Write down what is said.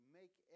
make